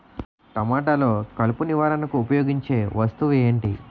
టమాటాలో కలుపు నివారణకు ఉపయోగించే వస్తువు ఏంటి?